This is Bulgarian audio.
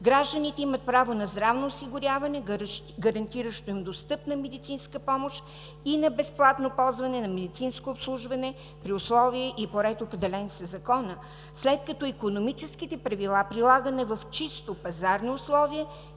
гражданите имат право на здравно осигуряване, гарантиращо им достъпна медицинска помощ и на безплатно ползване на медицинско обслужване при условия и по ред, определен със Закона, след като икономическите правила, прилагани в чисто пазарни условия,